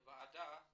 בתשובתו לוועדה